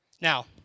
Now